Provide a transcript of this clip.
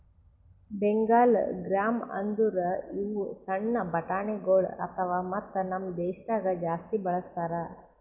Bengal gram ಅಂದುರ್ ಇವು ಸಣ್ಣ ಬಟಾಣಿಗೊಳ್ ಅವಾ ಮತ್ತ ನಮ್ ದೇಶದಾಗ್ ಜಾಸ್ತಿ ಬಳ್ಸತಾರ್